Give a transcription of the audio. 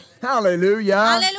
Hallelujah